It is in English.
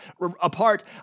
apart